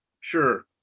Sure